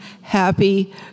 happy